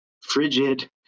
frigid